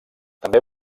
també